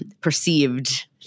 perceived